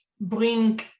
bring